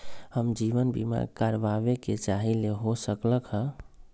हम जीवन बीमा कारवाबे के चाहईले, हो सकलक ह?